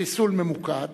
חיסול ממוקד